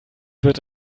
wird